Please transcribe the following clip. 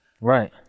Right